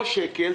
לא שקל,